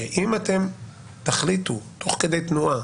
היא שאם אתם תחליטו, תוך כדי תנועה,